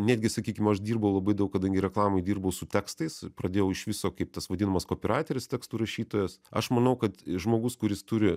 netgi sakykim aš dirbau labai daug kadangi reklamoj dirbau su tekstais pradėjau iš viso kaip tas vadinamas kopiraiteris tekstų rašytojas aš manau kad žmogus kuris turi